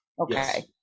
okay